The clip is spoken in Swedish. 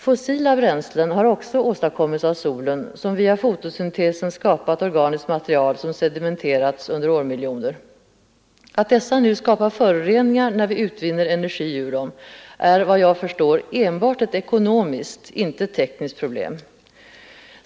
Fossila bränslen har också åstadkommits av solen, som via fotosyntesen har skapat organiskt material, som sedimenterats under årmiljoner. Att dessa nu skapar föroreningar när vi utvinner energi ur dem är, vad jag förstår, enbart ett ekonomiskt, inte ett tekniskt problem.